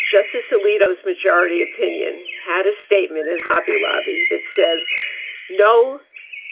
justice alito's majority opinion had a statement in hobby lobby that said no